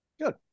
Good